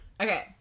Okay